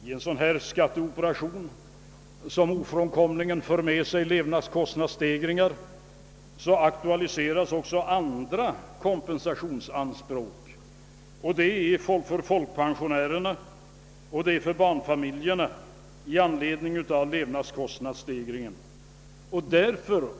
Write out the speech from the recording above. I en sådan här skatteoperation, som ofrånkomligen för med sig levnadskostnadsstegringar, aktualiseras också andra kompensationsanspråk. Det gäller kompensation åt folkpensionärerna och barnfamiljerna med anledning av levnadskostnadsstegringen.